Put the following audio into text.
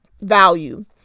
value